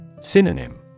Synonym